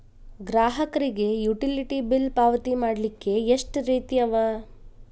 ಗ್ರಾಹಕರಿಗೆ utility bill ಪಾವತಿ ಮಾಡ್ಲಿಕ್ಕೆ ಎಷ್ಟ ರೇತಿ ಅವ?